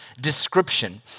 description